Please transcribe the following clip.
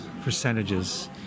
percentages